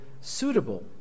suitable